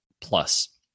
plus